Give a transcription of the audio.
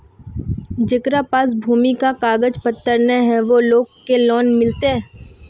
जेकरा पास भूमि का कागज पत्र न है वो लोग के लोन मिलते?